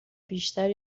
بیشتر